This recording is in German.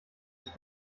das